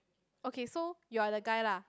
okay so you are the guy lah